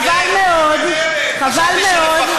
חבל מאוד, מותר לשקר?